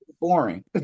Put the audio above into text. Boring